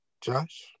Josh